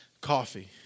coffee